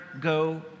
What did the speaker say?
go